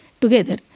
together